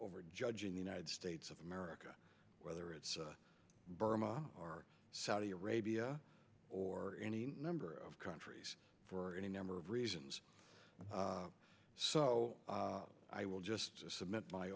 over judging the united states of america whether it's burma or saudi arabia or any number of countries for any number of reasons so i will just submit my